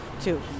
two